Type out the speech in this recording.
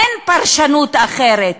אין פרשנות אחרת.